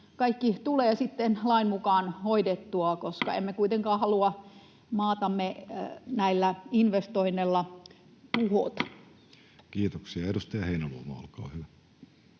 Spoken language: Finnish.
hoidettua, koska emme kuitenkaan halua maatamme näillä investoinneilla tuhota? Kiitoksia. — Edustaja Heinäluoma, olkaa hyvä.